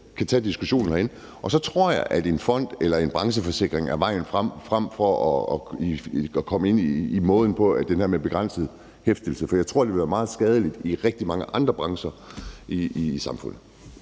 kan tage diskussionen herinde. Og så tror jeg, at en fond eller en brancheforsikring er vejen frem, frem for at komme ind i en måde med det her med begrænset hæftelse, for jeg tror, det vil være meget skadeligt i rigtig mange andre brancher i samfundet.